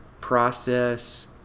process